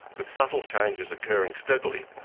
with subtle changes occurring steadily,